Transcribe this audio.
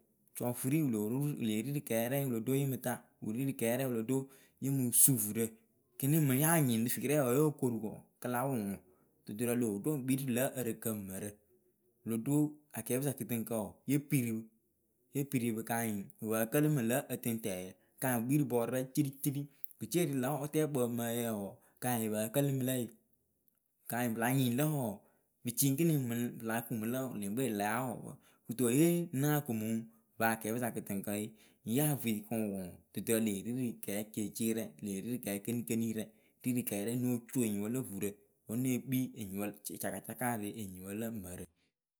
Cɔfuri wɨlo ru wɨleri krɛŋ wɨlo ɖo yɨmɨta wɨ ri rɨ krɛŋ wɨlo ɖo yɨŋ mɨ suuvurǝ kini mɨŋ yaa nyɩŋ ŋwɨ rɨ firɛŋ wǝ yoo koru ko kɨ la wʊ ŋwɨ dudurǝ loo ɖo ŋ kpii rɨ lǝ̌ ǝrɨkǝ mǝrǝ. wɨlo ɖo akpɨsa kɨtɨŋkǝ ye piri pɨ ye piri pɨ anyɩŋ pɨ pǝǝ kǝlɨ mɨ lǝ̌ ǝtɨŋtǝǝyǝ kanyɩ kpii rɨ bɔɔrɨrɛŋ ciriciri. wɨkecewɨri lǎ wɨtkpǝ mǝyǝ wɔɔ kanyɩŋ yɨ pǝǝ kǝlɨ mɨ lǝ yɩ Kanyɩŋ pɨla nyɩŋ lǝ wɔɔ pɨ ci ɨkǝnɨŋ mɨŋ pɨla kumɨ lǝ wɔɔ leŋkpe lǝ yaa wʊ pǝ. Kɨto yee náa kumɨ baakɛpɨsa kɨtɨŋkǝ we ŋ yee avui kɨŋ wʊ ŋwɨ duturɨ lee ri rɨ kceeceerɛŋ lee ri rɨ kkenikenirɛŋ ri rɨ krɛŋ nóo co enyipǝ lǝ vurǝ wǝ née kpii enyipǝ cakacaka rɨ enyipɨ lǝ mǝrɨ.